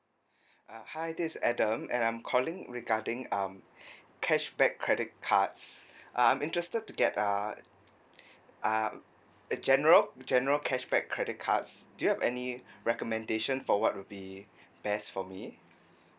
uh hi this is adam and I'm calling regarding um cashback credit cards uh I'm interested to get a um a general general cashback credit cards do you have any recommendation for what will be best for me